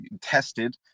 tested